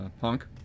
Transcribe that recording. Punk